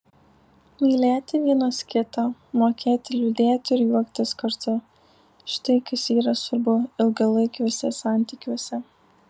mylėti vienas kitą mokėti liūdėti ir juoktis kartu štai kas yra svarbu ilgalaikiuose santykiuose